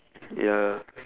ya